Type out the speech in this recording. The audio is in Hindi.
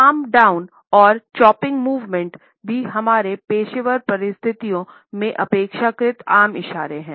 पाम डाउन भी हमारे पेशेवर परिस्थितियों में अपेक्षाकृत आम इशारे हैं